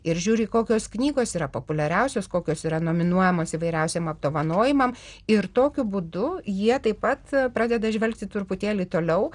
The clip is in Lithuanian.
ir žiūri kokios knygos yra populiariausios kokios yra nominuojamos įvairiausiem apdovanojimam ir tokiu būdu jie taip pat pradeda žvelgti truputėlį toliau